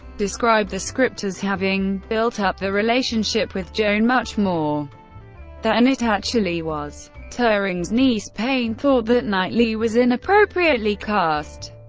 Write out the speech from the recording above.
described the script as having built up the relationship with joan much more than and it actually was. turing's niece payne thought that knightley was inappropriately cast,